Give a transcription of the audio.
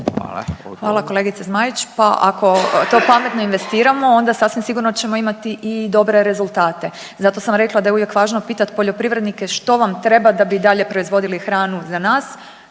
Hvala kolegice Zmaić. Pa ako to pametno investiramo onda sasvim sigurno ćemo imati i dobre rezultate. Zato sam rekla da je uvijek važno pitati poljoprivrednike što vam treba da bi i dalje proizvodili hranu za nas,